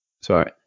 sorry